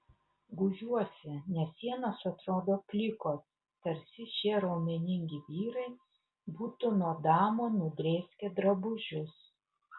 gūžiuosi nes sienos atrodo plikos tarsi šie raumeningi vyrai būtų nuo damų nudrėskę drabužius